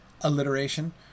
alliteration